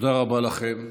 תודה רבה לכם.